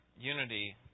unity